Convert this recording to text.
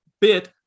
bit